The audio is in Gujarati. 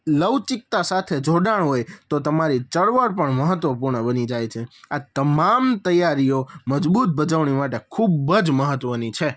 લવચિકતા સાથે જોડાણ હોય તો તમારી ચળવળ પણ મહત્વપૂર્ણ બની જાય છે આ તમામ તૈયારીઓ મજબૂત ભજવણી માટે ખૂબ જ મહત્ત્વની છે